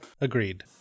Agreed